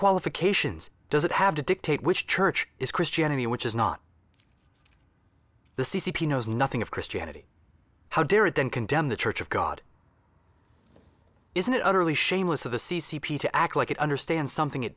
qualifications does it have to dictate which church is christianity which is not the c c p knows nothing of christianity how dare it then condemn the church of god isn't it utterly shameless of the c c p to act like it understand something it